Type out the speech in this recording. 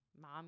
mom